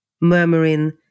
murmuring